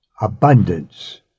abundance